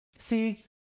See